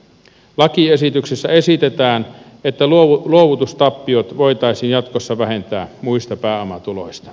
lakiesityksessä esitetään että luovutustappiot voitaisiin jatkossa vähentää muista pääomatuloista